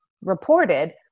reported